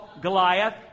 Goliath